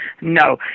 No